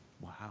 Wow